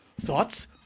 Thoughts